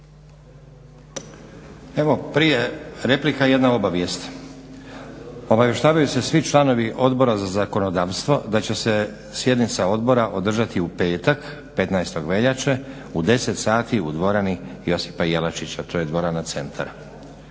Evo prije replike jedna obavijest. Obavještavaju se svi članovi Odbora za zakonodavstvo da će se sjednica odbora održati u petak 15. veljače u 10,00 sati u dvorani Josipa Jelačića, to je dvorana centralna.